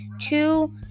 two